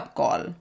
call